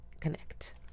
Connect